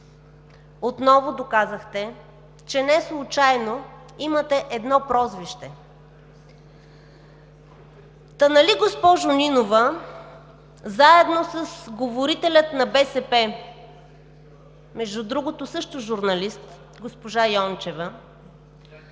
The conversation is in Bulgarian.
отново доказахте, че неслучайно имате едно прозвище. Та нали, госпожо Нинова, заедно с говорителя на БСП, между другото също журналист – госпожа Йончева,